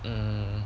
um